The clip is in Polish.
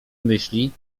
myśli